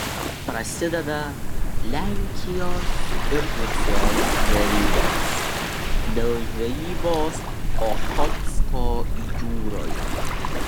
prasideda lenkijos ir rusijos derybos dėl žvejybos ochotsko jūroje